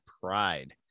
pride